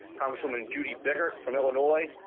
congresswoman judy biggert from illinois,